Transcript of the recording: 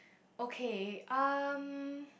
okay um